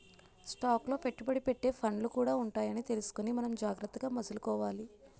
stock లో పెట్టుబడి పెట్టే ఫండ్లు కూడా ఉంటాయని తెలుసుకుని మనం జాగ్రత్తగా మసలుకోవాలి